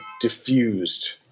diffused